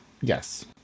Yes